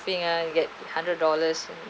uh get hundred dollars